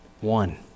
one